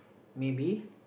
maybe